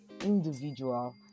individual